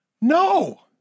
No